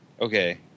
Okay